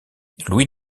louis